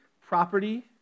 property